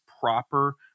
proper